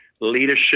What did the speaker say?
leadership